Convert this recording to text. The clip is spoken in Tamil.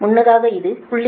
முன்னதாக இது 0